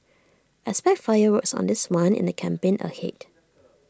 expect fireworks on this one in the campaign ahead